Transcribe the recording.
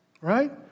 right